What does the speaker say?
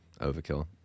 overkill